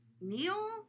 Neil